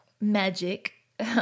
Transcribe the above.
magic